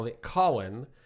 Colin